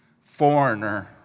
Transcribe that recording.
foreigner